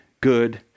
good